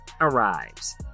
Arrives